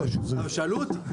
הם שאלו אותי.